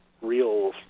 real